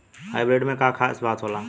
Hybrid में का खास बात होला?